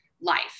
life